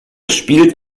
spielt